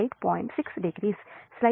60